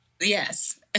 Yes